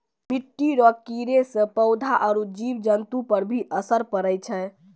मिट्टी रो कीड़े से पौधा आरु जीव जन्तु पर भी असर पड़ै छै